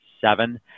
seven